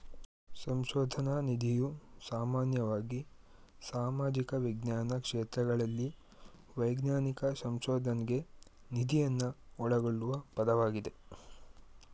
ಸಂಶೋಧನ ನಿಧಿಯು ಸಾಮಾನ್ಯವಾಗಿ ಸಾಮಾಜಿಕ ವಿಜ್ಞಾನ ಕ್ಷೇತ್ರಗಳಲ್ಲಿ ವೈಜ್ಞಾನಿಕ ಸಂಶೋಧನ್ಗೆ ನಿಧಿಯನ್ನ ಒಳಗೊಳ್ಳುವ ಪದವಾಗಿದೆ